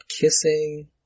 kissing